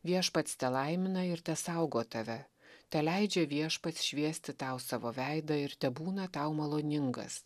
viešpats telaimina ir tesaugo tave teleidžia viešpats šviesti tau savo veidą ir tebūna tau maloningas